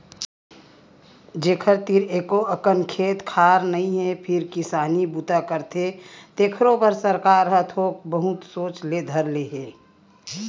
जेखर तीर एको अकन खेत खार नइ हे फेर किसानी बूता करथे तेखरो बर सरकार ह थोक बहुत सोचे ल धर ले हे